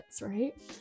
right